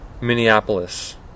Minneapolis